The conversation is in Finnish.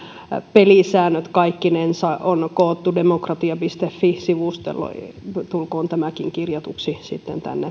pelisäännöt kaikkinensa on koottu demokratia fi sivustolle tulkoon tämäkin kirjatuksi